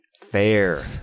fair